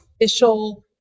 official